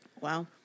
Wow